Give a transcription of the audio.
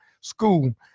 school